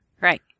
Right